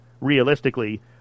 realistically